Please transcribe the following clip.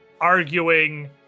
arguing